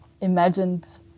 imagined